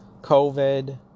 covid